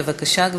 בבקשה,